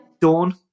Dawn